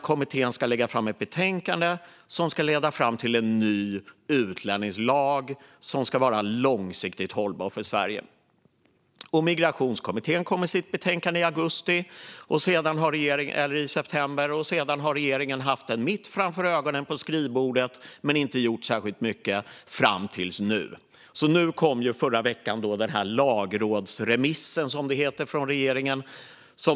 Kommittén skulle lägga fram ett betänkande som skulle leda fram till en ny och för Sverige långsiktigt hållbar utlänningslag. Migrationskommittén kom med sitt betänkande i september. Sedan har regeringen haft den mitt framför ögonen på skrivbordet, men inte gjort särskilt mycket fram till nu. Förra veckan kom lagrådsremissen från regeringen.